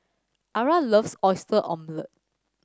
Ara loves Oyster Omelette